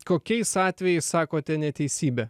kokiais atvejais sakote neteisybę